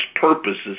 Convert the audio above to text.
purposes